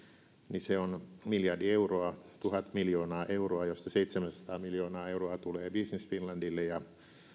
on miljardi euroa tuhat miljoonaa euroa mistä seitsemänsataa miljoonaa euroa tulee business finlandille